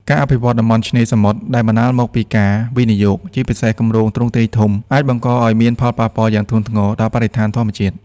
ការអភិវឌ្ឍន៍តំបន់ឆ្នេរសមុទ្រដែលបណ្តាលមកពីការវិនិយោគ ជាពិសេសគម្រោងទ្រង់ទ្រាយធំ អាចបង្កឲ្យមានផលប៉ះពាល់យ៉ាងធ្ងន់ធ្ងរដល់បរិស្ថានធម្មជាតិ។